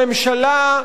הממשלה,